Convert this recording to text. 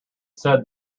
said